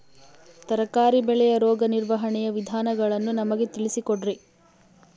ತರಕಾರಿ ಬೆಳೆಯ ರೋಗ ನಿರ್ವಹಣೆಯ ವಿಧಾನಗಳನ್ನು ನಮಗೆ ತಿಳಿಸಿ ಕೊಡ್ರಿ?